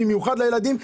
במיוחד בקרב ילדים,